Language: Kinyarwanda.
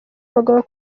abagabo